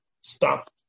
stop